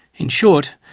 in short,